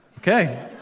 Okay